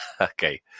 okay